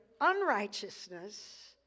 unrighteousness